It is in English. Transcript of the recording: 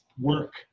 work